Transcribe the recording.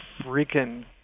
freaking